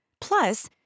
Plus